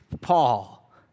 Paul